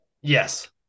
Yes